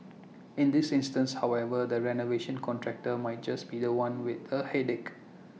in this instance however the renovation contractor might just be The One with A headache